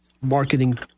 marketing